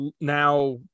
now